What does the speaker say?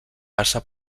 passa